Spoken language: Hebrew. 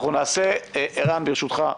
אנחנו נעשה ערן, ברשותך,